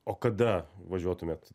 o kada važiuotumėt